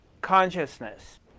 consciousness